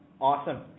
Awesome